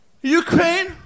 Ukraine